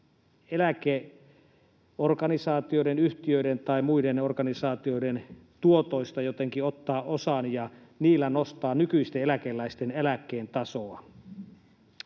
eläkeorganisaatioiden, yhtiöiden tai muiden organisaatioiden, tuotoista jotenkin ottaa osan ja sillä nostaa nykyisten eläkeläisten eläkkeen tasoa.